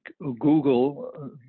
Google